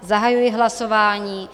Zahajuji hlasování.